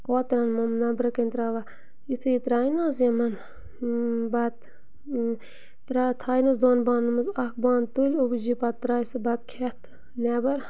کوترَن مُمہٕ نیٚبرٕ کَنۍ ترٛاوان یُتھُے ترٛایہِ نہٕ حظ یِمَن بَتہٕ ترٛا تھاے نہٕ حَظ دۄن بانَن منٛز اَکھ بانہٕ تُلۍ ابوٗجی پَتہٕ ترٛایہِ سُہ بَتہٕ کھٮ۪تھ نٮ۪بَر